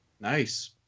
Nice